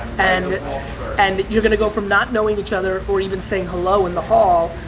and and you're gonna go from not knowing each other or even saying hello in the hall,